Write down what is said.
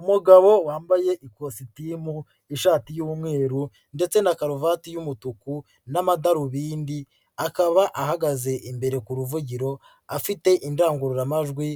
Umugabo wambaye ikositimu, ishati y'umweru ndetse na karuvati y'umutuku n'amadarubindi akaba ahagaze imbere ku ruvugiro afite indangururamajwi,